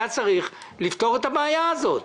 היה צריך לפתור את הבעיה הזאת.